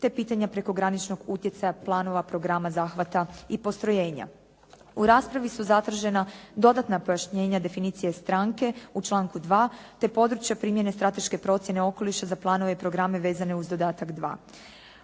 te pitanja prekograničnog utjecaja planova, programa, zahvata i postrojenja. U raspravi su zatražena dodatna pojašnjenja definicije stranke u članku 2. te područje primjene strateške procjene okoliša za planove i programe vezane uz dodatak 2.